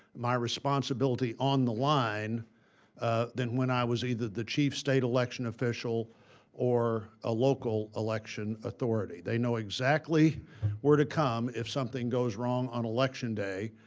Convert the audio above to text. my responsibility on the line than when i was either the chief state election official or a local election authority. they know exactly where to come if something goes wrong on election day,